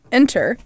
enter